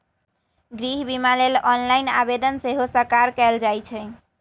गृह बिमा लेल ऑनलाइन आवेदन सेहो सकार कएल जाइ छइ